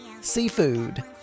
seafood